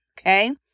Okay